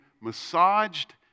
massaged